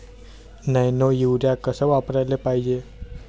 Nano urea कस वापराले पायजे?